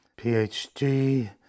phd